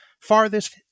farthest